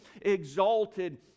exalted